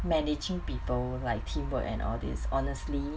managing people like teamwork and all this honestly